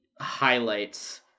highlights